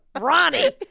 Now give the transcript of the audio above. Ronnie